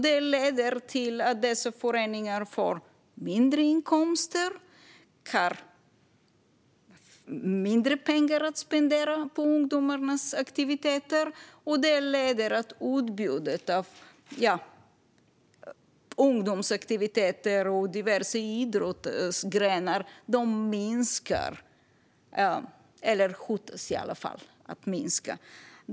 Det leder till att dessa föreningar får mindre inkomster, mindre pengar att spendera på ungdomars aktiviteter, vilket i sin tur leder till att utbudet av ungdomsaktiviteter och diverse idrottsgrenar minskar eller hotar att minska.